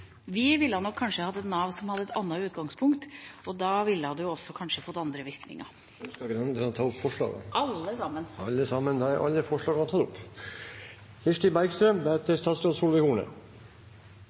Vi ville nok kanskje hatt et Nav som hadde et annet utgangspunkt, og da ville det kanskje også fått andre virkninger. Jeg tar til slutt opp Venstres forslag. Representanten Trine Skei Grande har tatt opp